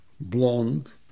blonde